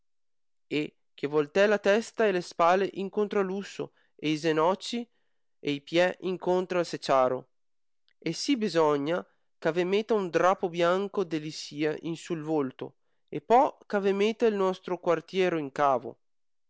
e che volte la testa e le spale incontra l uscio e se noci e i zenuoci e i pie incontra al seciaro e sì besogna eh a ve meta un drapo bianco de lisìa in su t volto e pò eh a ve meta el nuostro quartiero in cavo